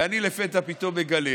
ואני לפתע פתאום מגלה